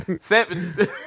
Seven